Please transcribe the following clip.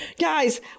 Guys